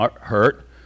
Hurt